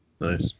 Nice